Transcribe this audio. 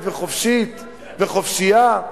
וחופשייה?